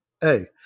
hey